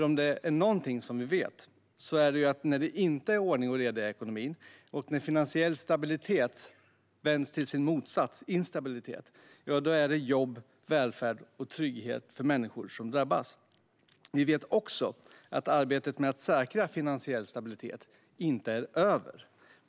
Om det är någonting vi vet är det att när det inte är ordning och reda i ekonomin och när finansiell stabilitet vänts till sin motsats, instabilitet, då är det jobb, välfärd och trygghet för människor som drabbas. Vi vet också att arbetet med att säkra finansiell stabilitet inte är över.